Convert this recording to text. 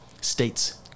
states